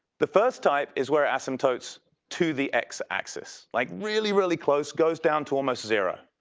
the first type is where asymptotes to the x-axis. like really, really close, goes down to almost zero.